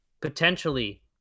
potentially